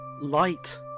Light